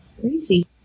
Crazy